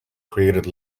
created